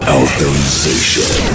authorization